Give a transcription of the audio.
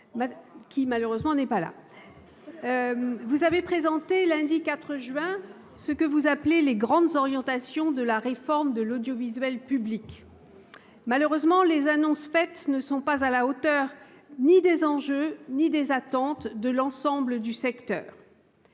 a présenté ce qu'elle a appelé les grandes orientations de la réforme de l'audiovisuel public. Malheureusement, les annonces faites ne sont à la hauteur ni des enjeux ni des attentes de l'ensemble du secteur.